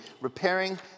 repairing